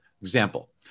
Example